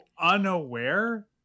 unaware